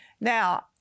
Now